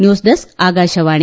news desk Akashvani